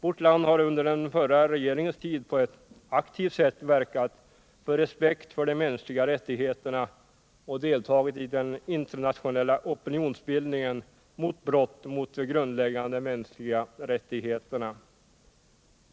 Vårt land har under den förra regeringens tid på ett aktivt sätt verkat för respekt för de mänskliga rättigheterna och deltagit i den internationella opinionsbildningen mot brott mot de grundläggande mänskliga rättigheterna.